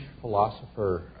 philosopher